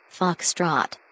Foxtrot